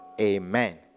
amen